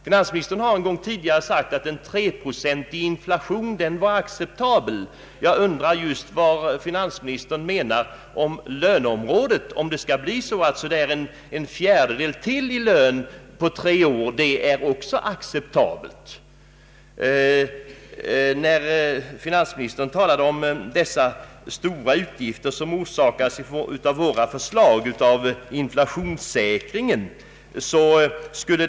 Finansministern har en gång sagt att en treprocentig inflation är acceptabel. Jag undrar vad finansministern har för uppfattning i fråga om löneutvecklingen, om han anser att en höjning med en fjärdedel av lönen på tre år är en acceptabel utveckling. Finansministern talade om vilka stora utgifter som våra förslag skulle orsaka, exempelvis inflationssäkringen.